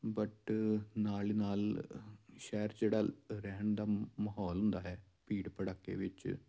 but ਨਾਲ ਦੀ ਨਾਲ ਸ਼ਹਿਰ 'ਚ ਜਿਹੜਾ ਰਹਿਣ ਦਾ ਮਾਹੌਲ ਹੁੰਦਾ ਹੈ ਭੀੜ ਭੜੱਕੇ ਵਿੱਚ